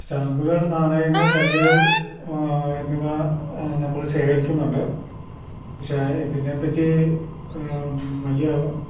സ്റ്റാമ്പ്കൾ നാണയങ്ങൾ കല്ലുകൾ എന്നിവ നമ്മൾ ശേഖരിക്കുന്നൊണ്ട് പക്ഷേ ഇതിനെ പറ്റി വലിയ